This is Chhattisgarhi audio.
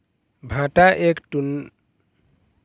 भांटा एक कुन्टल टोरे बर कतका मेहनती लागथे?